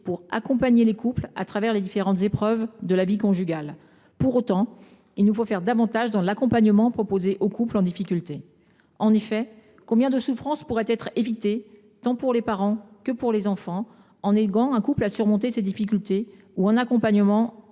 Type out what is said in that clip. pour accompagner les couples à travers les différentes épreuves de la vie conjugale. Pour autant, il nous faut faire davantage dans l’accompagnement proposé aux couples en difficulté. En effet, combien de souffrances pourraient être évitées, tant pour les parents que pour les enfants, en aidant un couple à surmonter ces difficultés ou en accompagnant